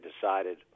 decided